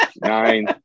nine